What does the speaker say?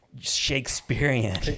Shakespearean